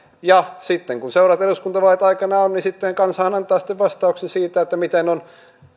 ja sitten kun seuraavat eduskuntavaalit aikanaan on niin kansahan antaa sitten vastauksen siihen miten on